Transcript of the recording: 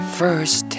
first